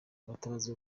abatabazi